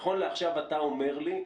נכון לעכשיו, אתה אומר לי,